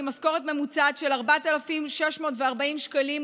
עם משכורת ממוצעת של 4,640 שקלים,